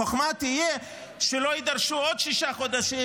החוכמה תהיה שלא יידרשו עוד שישה חודשים